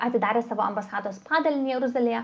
atidarė savo ambasados padalinį jeruzalėje